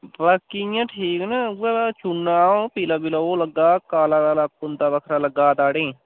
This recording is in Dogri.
बाकी इ'यां ठीक न उयै चूना ओह् पीला पीला ओह् लग्गा दा काला काला कुंदा बक्खरा लग्गा दा दाड़ें'ई